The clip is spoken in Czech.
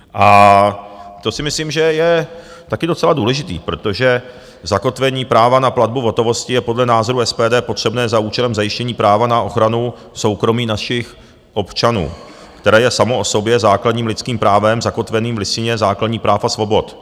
A to si myslím, že je taky docela důležitý, protože zakotvení práva na platbu v hotovosti je podle názoru SPD potřebné za účelem zajištění práva na ochranu soukromí našich občanů, které je samo o sobě základním lidským právem zakotveným v Listině základních práv a svobod.